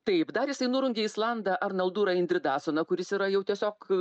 taip dar jisai nurungė islandą arnaldurą indridasoną kuris yra jau tiesiog